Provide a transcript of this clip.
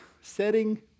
setting